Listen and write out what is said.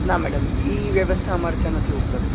ના મેડમ એ વ્યવસ્થા અમારા ત્યાં નથી ઉપલબ્ધ